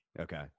Okay